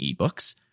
ebooks